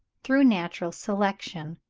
through natural selection,